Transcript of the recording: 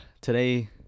today